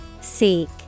Seek